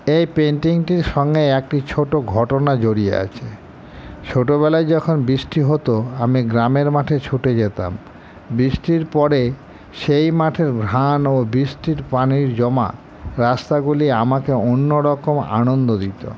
এই পেন্টিংটির সঙ্গে একটি ছোট ঘটনা জড়িয়ে আছে ছোটোবেলায় যখন বৃষ্টি হতো আমি গ্রামের মাঠে ছুটে যেতাম বৃষ্টির পরে সেই মাঠের ঘ্রাণ ও বৃষ্টির পানির জমা রাস্তাগুলি আমাকে অন্যরকম আনন্দ দিত